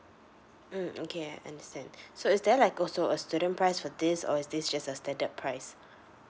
mm okay I understand so is there like also a student price for this or is this just a standard price